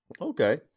Okay